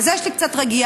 אז יש לי קצת רגיעה.